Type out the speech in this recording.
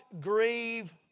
grieve